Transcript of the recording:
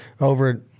over